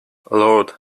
lord